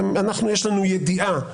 שיש לי לנו ידיעה,